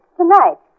tonight